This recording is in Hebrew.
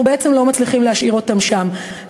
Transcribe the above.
אנחנו בעצם לא מצליחים להשאיר אותם שם.